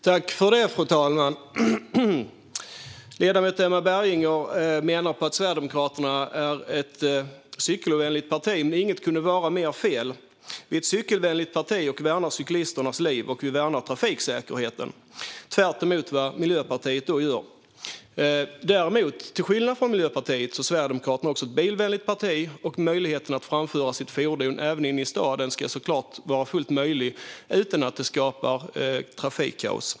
Fru talman! Ledamot Emma Berginger menar att Sverigedemokraterna är ett cykelovänligt parti, men ingenting kunde vara mer fel. Vi är ett cykelvänligt parti som värnar cyklisternas liv och trafiksäkerheten - tvärtemot vad Miljöpartiet gör. Däremot är Sverigedemokraterna, till skillnad från Miljöpartiet, även ett bilvänligt parti. Det ska såklart vara fullt möjligt att framföra sitt fordon även inne i staden utan att det skapar trafikkaos.